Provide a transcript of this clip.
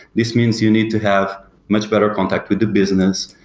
this means you need to have much better contact with the business.